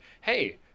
hey